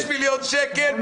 5 מיליון שקל.